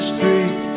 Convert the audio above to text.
Street